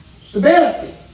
Stability